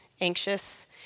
anxious